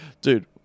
dude